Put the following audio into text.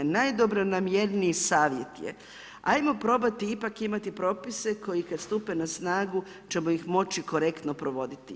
Najdobronamjerniji savjet je, ajmo probati, ipak imati propise, koji kada stupe na snagu ćemo ih moći korektno provoditi.